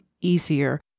easier